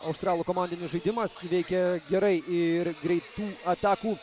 australų komandinis žaidimas veikia gerai ir greitų atakų